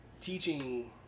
teaching